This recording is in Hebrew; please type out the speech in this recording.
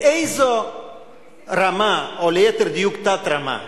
לאיזו רמה, או ליתר דיוק תת-רמה,